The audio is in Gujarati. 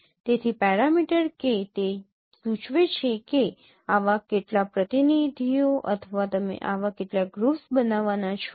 તેથી પેરામીટર કે તે સૂચવે છે કે આવા કેટલા પ્રતિનિધિઓ અથવા તમે આવા કેટલા ગ્રુપ્સ બનાવવાના છો